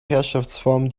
herrschaftsform